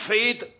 Faith